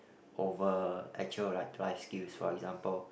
over actual like life skills for example